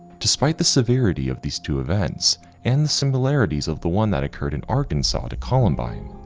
despite the severity of these two events and the similarities of the one that occurred in arkansas to columbine,